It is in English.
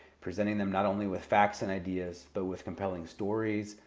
presenting them not only with facts and ideas, but with compelling stories,